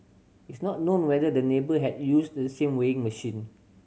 it's not known whether the neighbour had used the same weighing machine